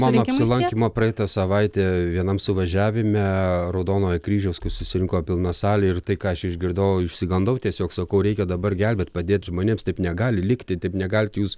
man apsilankymo praeitą savaitę vienam suvažiavime raudonojo kryžiaus kai susirinko pilna salė ir tai ką aš išgirdau išsigandau tiesiog sakau reikia dabar gelbėt padėt žmonėms taip negali likti taip negalit jūs